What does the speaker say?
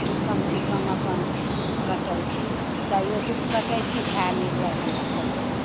दिक्कम सिक्कम अपन दुःख कटैत छी तैयो दुःख कटैत छी भाय निर्णय हमरा कऽ दैया